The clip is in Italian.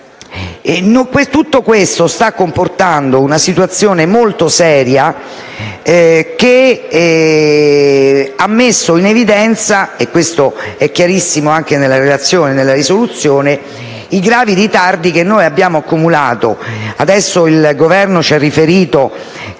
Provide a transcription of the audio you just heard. Tutto ciò sta comportando una situazione molto seria, che ha messo in evidenza - questo è chiarissimo anche nella relazione e nella risoluzione - i gravi ritardi che abbiamo accumulato. Adesso il Governo ha riferito che